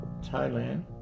Thailand